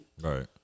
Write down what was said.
Right